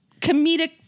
comedic